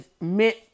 meant